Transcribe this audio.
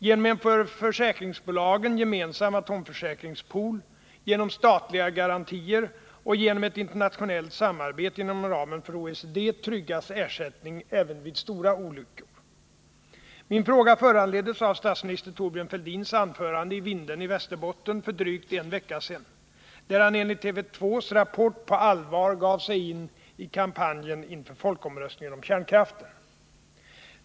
Genom en för försäkringsbolagen gemensam atomförsäkringspool, genom statliga garantier och genom ett internationellt samarbete inom ramen för OECD tryggas ersättning även vid stora olyckor. Min fråga föranleddes av statsminister Thorbjörn Fälldins anförande i Vindeln i Västerbotten för drygt en vecka sedan, där han enligt TV 2:s nyhetsprogram Rapport på allvar gav sig in i kampanjen inför folkomröstningen om kärnkraften.